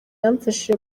yamfashije